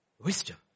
Wisdom